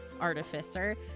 artificer